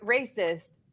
racist